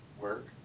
Work